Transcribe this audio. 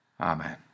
Amen